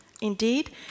Indeed